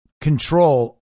control